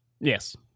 Yes